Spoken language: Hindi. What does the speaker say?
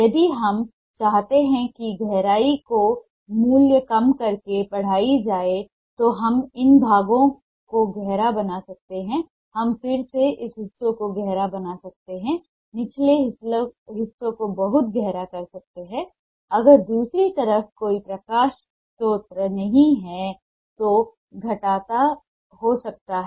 यदि हम चाहते हैं कि गहराई को मूल्य कम करके बढ़ाया जाए तो हम इन भागों को गहरा बना सकते हैं हम फिर से इस हिस्से को गहरा बना सकते हैं निचले हिस्से को बहुत गहरा कर सकते हैं अगर दूसरी तरफ कोई प्रकाश स्रोत नहीं है तो घटता हो सकता है